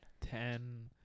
Ten